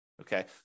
Okay